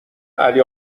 علی